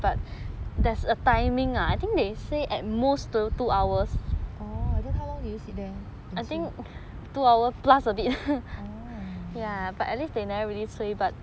orh then how long did you sit there